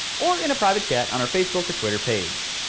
or in a private chat on our facebook or twitter page.